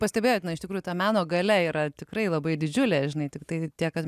pastebėjot na iš tikrųjų ta meno galia yra tikrai labai didžiulė žinai tiktai tiek kad